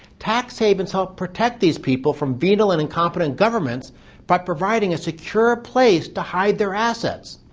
tax havens help protect these people from venal and incompetent governments by providing a secure a place to hide their assets.